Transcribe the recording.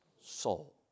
soul